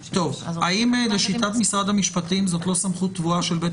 האם לשיטת משרד המשפטים זו לא סמכות טבועה של בית